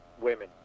women